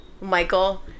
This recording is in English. michael